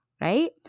right